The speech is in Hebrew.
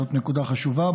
זאת נקודה חשובה,